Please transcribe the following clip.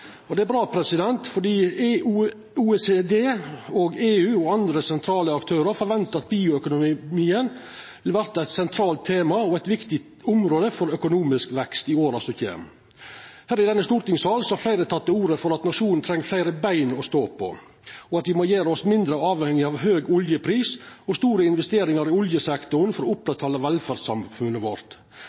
og det synest eg er bra. Det er bra fordi OECD, EU og andre sentrale aktørar forventar at bioøkonomien vil verta eit sentralt tema og eit viktig område for økonomisk vekst i åra som kjem. Her i stortingssalen har fleire teke til orde for at nasjonen treng fleire bein å stå på, og at me må gjera oss mindre avhengige av høg oljepris og store investeringar i oljesektoren for å oppretthalda velferdssamfunnet vårt.